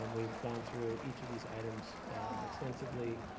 um we've gone through each of these items extensively,